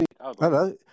hello